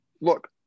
look